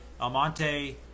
Almonte